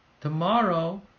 tomorrow